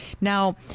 Now